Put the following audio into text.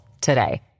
today